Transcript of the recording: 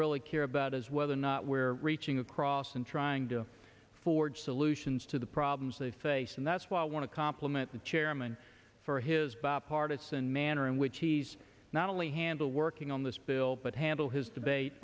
really care about is whether or not we're reaching across and trying to forge solutions to the problems they face and that's why i want to compliment the chairman for his bipartisan manner in which he's not only handle working on this bill but handle his debate